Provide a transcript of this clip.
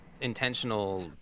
intentional